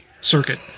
circuit